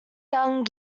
young